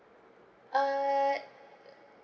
uh